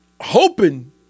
hoping